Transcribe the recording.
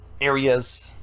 areas